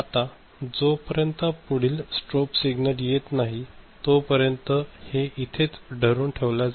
आता जो पर्यंत पुढील स्ट्रोब सिग्नल येत नाही तो पर्यंत हे इथेच धरून ठेवल्या जात